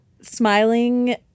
smiling